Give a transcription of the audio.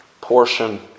portion